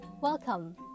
welcome